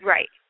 Right